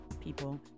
people